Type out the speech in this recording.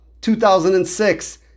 2006